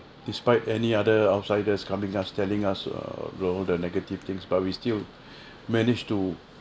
despite any other outsiders coming us telling us err all the negative things but we still managed to